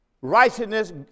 righteousness